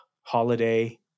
Holiday